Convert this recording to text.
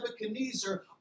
Nebuchadnezzar